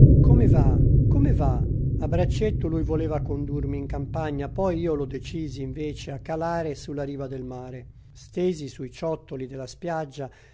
come va come va a braccetto lui voleva condurmi in campagna poi io lo decisi invece a calare sulla riva del mare stesi sui ciottoli della spiaggia